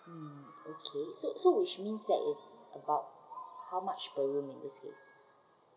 um okay so so which means that is about how much per room in this case